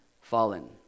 fallen